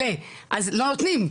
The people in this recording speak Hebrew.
אבל לא נותנים.